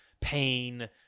pain